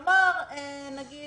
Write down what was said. נגיד